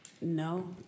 no